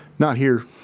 not here.